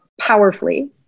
powerfully